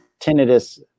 tinnitus